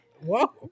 Whoa